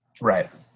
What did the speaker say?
Right